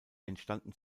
entstanden